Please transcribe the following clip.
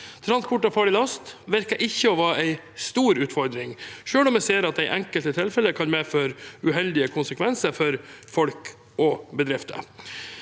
Transport av farlig last virker ikke å være en stor utfordring, selv om jeg ser at det i enkelte tilfeller kan medføre uheldige konsekvenser for folk og bedrifter.